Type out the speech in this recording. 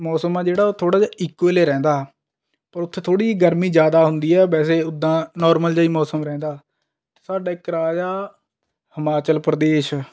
ਮੌਸਮ ਹੈ ਜਿਹੜਾ ਉਹ ਥੋੜ੍ਹਾ ਜਿਹਾ ਇਕੂਅਲ ਹੀ ਰਹਿੰਦਾ ਪਰ ਉੱਥੇ ਥੋੜ੍ਹੀ ਗਰਮੀ ਜ਼ਿਆਦਾ ਹੁੰਦੀ ਹੈ ਵੈਸੇ ਉੱਦਾਂ ਨੋਰਮਲ ਜਿਹਾ ਹੀ ਮੌਸਮ ਰਹਿੰਦਾ ਸਾਡਾ ਇੱਕ ਰਾਜ ਹੈ ਹਿਮਾਚਲ ਪ੍ਰਦੇਸ਼